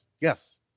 Yes